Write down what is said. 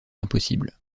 impossible